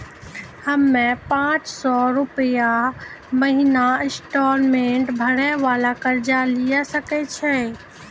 हम्मय पांच सौ रुपिया महीना इंस्टॉलमेंट भरे वाला कर्जा लिये सकय छियै?